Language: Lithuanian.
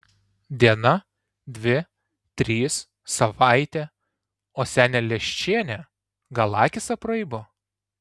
diena dvi trys savaitė o senė leščienė gal akys apraibo